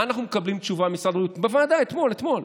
מה אנחנו מקבלים בתשובה ממשרד הבריאות בוועדה אתמול?